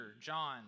John